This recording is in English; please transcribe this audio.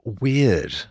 weird